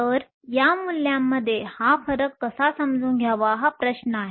तर या मूल्यांमध्ये हा फरक कसा समजून घ्यावा हा प्रश्न आहे